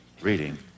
reading